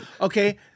Okay